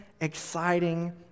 exciting